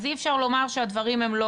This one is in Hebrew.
אז אי אפשר לומר שהדברים לא